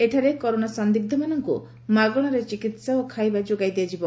ଏଠାରେ କରୋନା ସନ୍ଦିଗ୍ମାନଙ୍କୁ ମାଗଶାରେ ଚିକିସ୍ସା ଓ ଖାଇବା ଯୋଗାଇ ଦିଆଯିବ